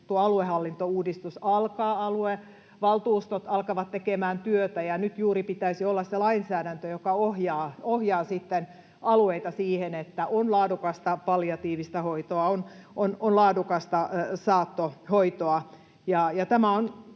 aluehallintouudistus alkaa, aluevaltuustot alkavat tekemään työtä. Nyt juuri pitäisi olla se lainsäädäntö, joka ohjaa sitten alueita siihen, että on laadukasta palliatiivista hoitoa, on laadukasta saattohoitoa,